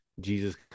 jesus